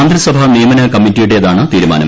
മന്ത്രിസഭ നിയമന കമ്മിറ്റിയുടേതാണ് തീരുമാനം